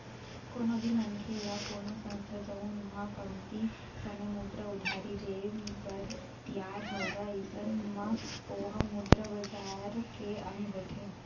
कोनो भी मनखे या कोनो संस्था जउन ह कमती समे मुद्रा उधारी देय बर तियार हवय अइसन म ओहा मुद्रा बजार के अंग होथे